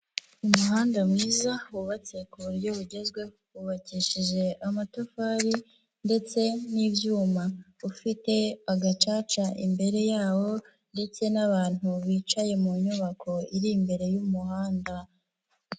Umuhanda mwiza wubatse ku buryo bugezweho, wubakishije amatafari ndetse n'ibyuma, ufite agacaca imbere yawo ndetse n'abantu bicaye mu nyubako iri imbere y'umuhanda.